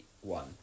one